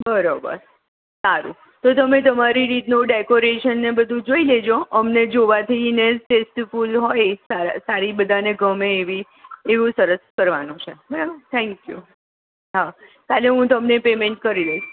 બરોબર સારું તો તમે તમારી રીતનું ડેકોરેશનને બધુ જોઈ લેજો અમે જોવાથી ને ટેસ્ટફૂલ હોય સારી બધાને ગમે એવી એવું સરસ કરવાનું છે બરાબર થેન્ક યૂ હા કાલે હું તમને પેમેન્ટ કરી લઇશ